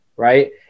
Right